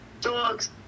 dogs